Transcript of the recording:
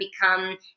become